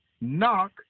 Knock